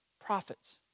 Prophets